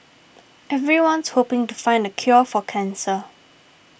everyone's hoping to find the cure for cancer